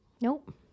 Nope